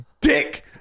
dick